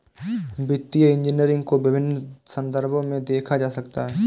वित्तीय इंजीनियरिंग को विभिन्न संदर्भों में देखा जा सकता है